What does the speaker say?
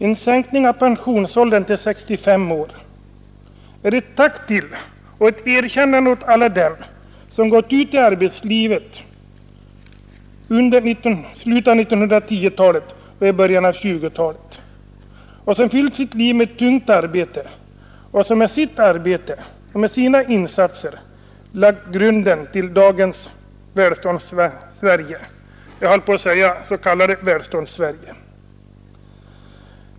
En sänkning av pensionsåldern till 65 år är ett tack till och ett erkännande åt alla dem som gått ut i arbetslivet under slutet av 1910-talet och början av 1920-talet och som fyllt sitt liv med tungt arbete och som med sitt arbete och med sina insatser lagt grunden till dagens Välståndssverige — jag höll på att säga så kallade Välståndssverige.